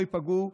לא ייפגעו,